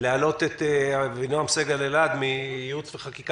להעלות את אבינעם סגל-אלעד ממחלקת ייעוץ וחקיקה